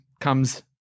comes